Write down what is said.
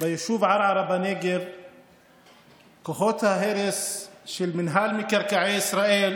ביישוב ערערה בנגב הגיעו כוחות ההרס של רשות מקרקעי ישראל,